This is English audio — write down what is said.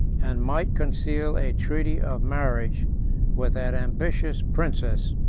and might conceal a treaty of marriage with that ambitious princess,